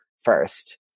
first